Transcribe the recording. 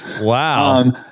Wow